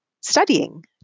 studying